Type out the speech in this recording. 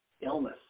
illness